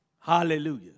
Hallelujah